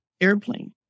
Airplane